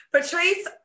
Patrice